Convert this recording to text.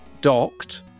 docked